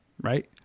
Right